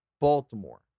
Baltimore